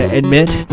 admit